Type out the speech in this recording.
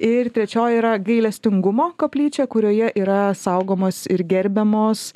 ir trečioji yra gailestingumo koplyčia kurioje yra saugomos ir gerbiamos